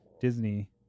Disney